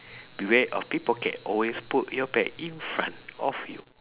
beware of pickpocket always put your bag in front of you